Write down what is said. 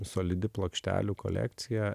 solidi plokštelių kolekcija